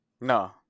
No